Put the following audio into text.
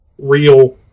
real